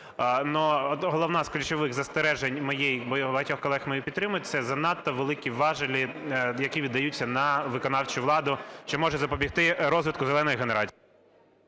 Но головне з ключових застережень моїх, багатьох колег, які підтримують, це занадто великі важелі, які віддаються на виконавчу владу, що може запобігти розвитку "зеленої" генерації.